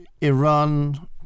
Iran